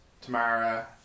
Tamara